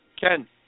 Ken